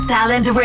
Talent